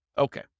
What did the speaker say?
Okay